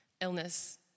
illness